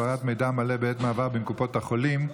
העברת מידע מלא בעת מעבר בין קופות החולים),